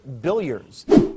billiards